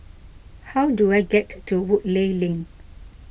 how do I get to Woodleigh Link